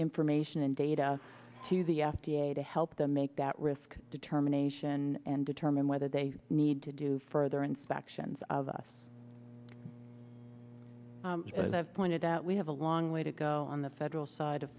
information and data to the f d a to help them make that risk determination and determine whether they need to do further inspections of us and i have pointed out we have a long way to go on the federal side of